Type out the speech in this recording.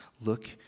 look